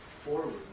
forward